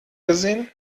gesehen